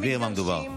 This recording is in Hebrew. תסבירי במה מדובר.